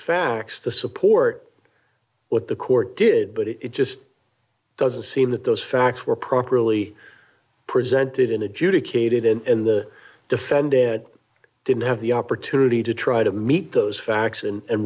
facts to support what the court did but it just doesn't seem that those facts were properly presented in adjudicated in the defendant didn't have the opportunity to try to meet those facts and